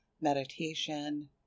meditation